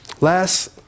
Last